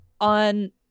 on